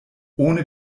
ohne